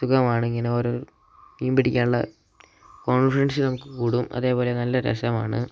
സുഖമാണ് ഇങ്ങനെ ഓരോ മീൻ പിടിക്കാനുള്ള കോൺഫിഡൻസ് നമുക്ക് കൂടും അതേപോലെ നല്ല രസമാണ്